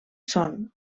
són